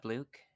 Luke